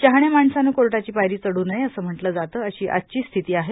शहाण्या माणसाने कोर्टाची पायरी चढू नये असे म्हंटले जाते अशी आजची स्थिती आहे